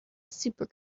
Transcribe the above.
super